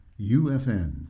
UFN